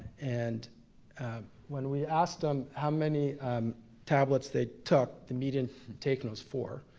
and when we asked em how many tablets they took, the median taken was four.